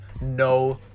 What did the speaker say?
no